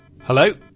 Hello